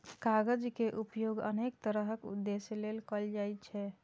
कागज के उपयोग अनेक तरहक उद्देश्य लेल कैल जाइ छै